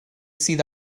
sydd